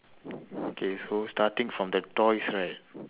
okay so starting from the toys right